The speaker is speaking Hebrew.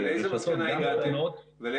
גם